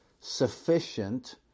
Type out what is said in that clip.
sufficient